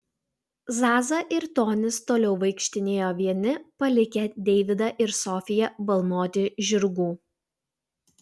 zaza ir tonis toliau vaikštinėjo vieni palikę deividą ir sofiją balnoti žirgų